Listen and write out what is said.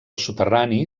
soterrani